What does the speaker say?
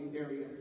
area